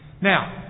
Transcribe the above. Now